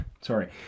sorry